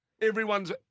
Everyone's